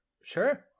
Sure